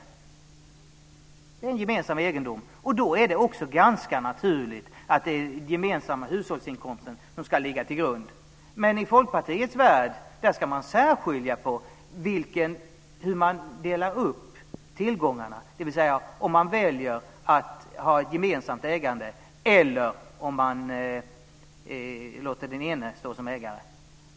Det är alltså fråga om gemensam egendom. Därmed är det ganska naturligt att det är den gemensamma hushållsinkomsten som ska ligga till grund här. Men i Folkpartiets värld ska man särskilja hur tillgångarna delas upp, dvs. om man väljer att ha gemensamt ägande eller om man låter den ene stå som ägare.